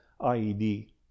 IED